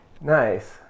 Nice